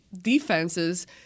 defenses